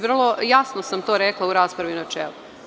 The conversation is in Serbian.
Vrlo jasno sam to rekla u raspravi u načelu.